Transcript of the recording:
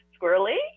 squirrely